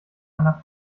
einer